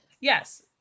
Yes